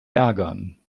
ärgern